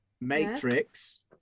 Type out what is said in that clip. matrix